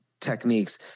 techniques